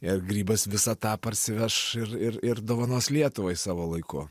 ir grybas visa tą parsiveš ir ir ir dovanos lietuvai savo laiku